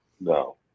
No